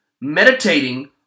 meditating